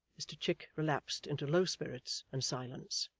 mr chick relapsed into low spirits and silence.